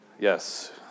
Yes